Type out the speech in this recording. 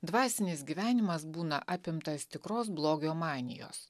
dvasinis gyvenimas būna apimtas tikros blogio manijos